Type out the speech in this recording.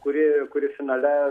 kuri kuri finale